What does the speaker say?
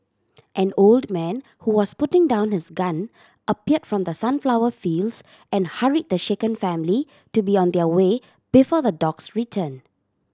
an old man who was putting down his gun appeared from the sunflower fields and hurried the shaken family to be on their way before the dogs return